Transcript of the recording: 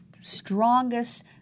strongest